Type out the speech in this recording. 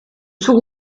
sous